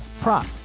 prop